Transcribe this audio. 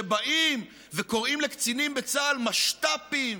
שבאים וקוראים לקצינים בצה"ל "משת"פים",